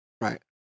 Right